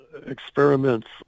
experiments